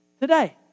today